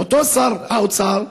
אותו שר האוצר,